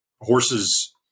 horses